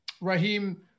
Raheem –